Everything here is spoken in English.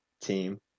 team